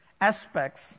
aspects